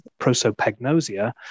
prosopagnosia